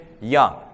young